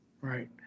right